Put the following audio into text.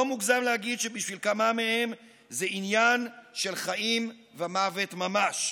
לא מוגזם להגיד שבשביל כמה מהם זה עניין של חיים ומוות ממש.